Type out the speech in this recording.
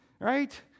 right